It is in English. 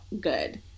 good